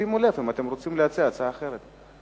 שימו לב אם אתם רוצים להציע הצעה אחרת.